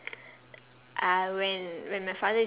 uh when when my father